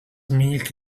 milk